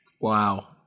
wow